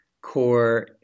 core